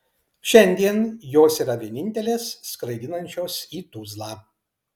šiandien jos yra vienintelės skraidinančios į tuzlą